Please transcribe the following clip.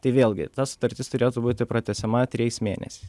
tai vėlgi ta sutartis turėtų būti pratęsiama trejais mėnesiais